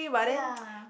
ya